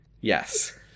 Yes